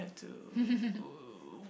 to